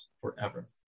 forever